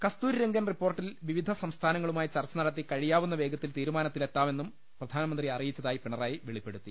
കസ്തൂരിരംഗൻ റിപ്പോർട്ടിൽ വിവിധ സംസ്ഥാനങ്ങ ളുമായി ചർച്ച നടത്തി കഴിയാവുന്ന വേഗത്തിൽ തീരു മാനത്തിലെത്താമെന്നും പ്രധാനമന്ത്രി അറിയിച്ചതായി പിണറായി വെളിപ്പെടുത്തി